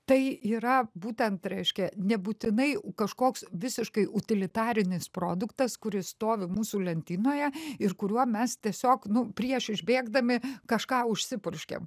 tai yra būtent reiškia nebūtinai kažkoks visiškai utilitarinis produktas kuris stovi mūsų lentynoje ir kuriuo mes tiesiog nu prieš išbėgdami kažką užsipurškiam